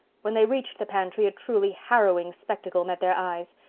when they reached the pantry a truly harrowing spectacle met their eyes.